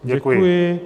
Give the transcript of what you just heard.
Děkuji.